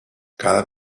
cada